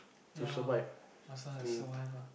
you know loh must learn to survive ah